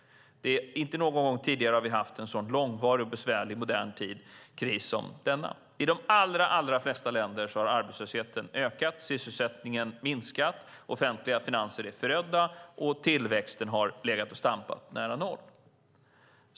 Inte någon gång tidigare i modern tid har vi haft en så långvarig och besvärlig kris som denna. I de allra flesta länder har arbetslösheten ökat och sysselsättningen minskat. Offentliga finanser är förödda, och tillväxten har legat och stampat nära noll.